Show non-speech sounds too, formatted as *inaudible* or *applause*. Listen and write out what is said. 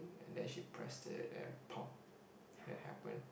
and then she pressed it and *noise* that happen